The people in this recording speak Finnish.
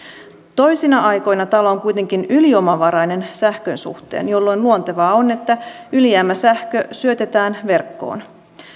toisina aikoina talo on kuitenkin yliomavarainen sähkön suhteen jolloin luontevaa on että ylijäämäsähkö syötetään verkkoon